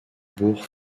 bourg